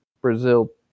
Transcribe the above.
Brazil